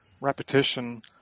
repetition